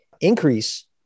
increase